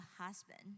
husband